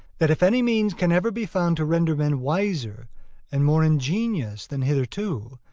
that if any means can ever be found to render men wiser and more ingenious than hitherto,